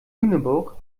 lüneburg